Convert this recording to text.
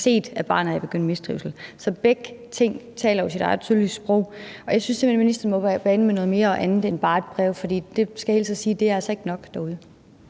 set, at barnet er i mistrivsel. Så begge ting taler jo deres eget tydelige sprog. Og jeg synes simpelt hen, ministeren må på banen med noget mere og andet end bare et brev, for det skal jeg hilse og sige altså ikke er nok derude.